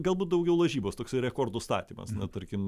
galbūt daugiau lažybos toksai rekordų statymas na tarkim